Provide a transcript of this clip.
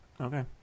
Okay